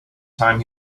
time